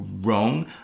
wrong